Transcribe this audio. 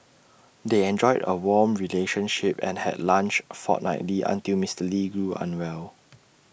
they enjoyed A warm relationship and had lunch fortnightly until Mister lee grew unwell